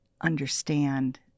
understand